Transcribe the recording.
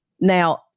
Now